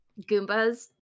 Goombas